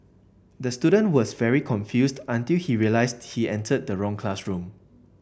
the student was very confused until he realised he entered the wrong classroom